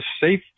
safe